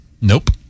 nope